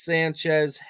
Sanchez